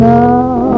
now